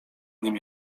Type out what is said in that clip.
nim